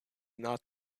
not